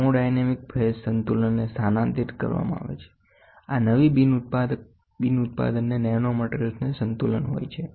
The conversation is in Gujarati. થર્મોોડાયનામિક ફેઝ સંતુલનને સ્થાનાંતરિત કરવામાં આવે છે આ નવી બિનઉત્પાદનને નેનોમેટ્રીયલ્સ સંતુલન હોય છે